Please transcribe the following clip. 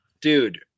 Dude